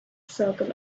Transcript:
circle